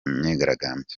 myigaragambyo